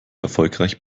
erfolgreich